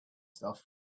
stuff